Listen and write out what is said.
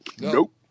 nope